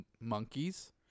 monkeys